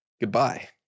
goodbye